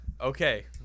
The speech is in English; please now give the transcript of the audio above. Okay